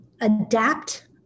adapt